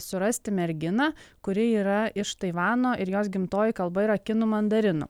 surasti merginą kuri yra iš taivano ir jos gimtoji kalba yra kinų mandarinų